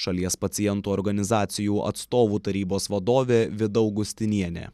šalies pacientų organizacijų atstovų tarybos vadovė vida augustinienė